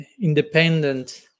independent